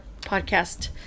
podcast